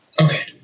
Okay